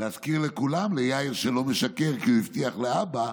להזכיר לכולם, ליאיר שלא משקר כי הוא הבטיח לאבא,